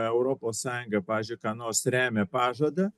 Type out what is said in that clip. europos sąjunga pavyzdžiui ką nors remia pažada